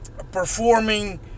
Performing